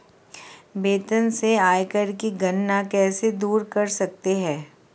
वेतन से आयकर की गणना कैसे दूर कर सकते है?